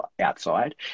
outside